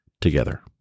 together